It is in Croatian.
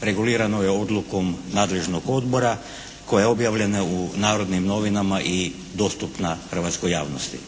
regulirano je odlukom nadležnog odbora koja je objavljena u Narodnim novinama i dostupna hrvatskoj javnosti.